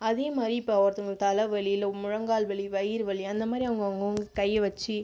அதையும் மாதிரி இப்போ ஒருத்தவர்களுக்கு தலை வலி இல்லை முழங்கால் வலி வயிறு வலி அந்த மாதிரி அவங்கவங்க அவங்கள் கையை வெச்சு